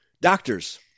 doctors